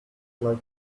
like